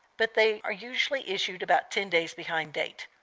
but they are usually issued about ten days behind date.